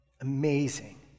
Amazing